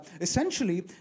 Essentially